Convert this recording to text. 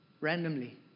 randomly